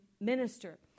minister